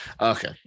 Okay